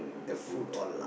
the food